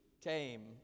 came